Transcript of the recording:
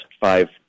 five